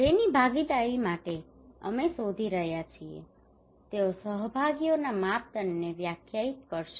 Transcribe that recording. જેની ભાગીદારી માટે અમે શોધી રહ્યા છીએ તેઓ સહભાગીઓના માપદંડને વ્યાખ્યાયિત કરશે